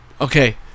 Okay